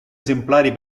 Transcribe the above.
esemplari